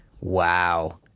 Wow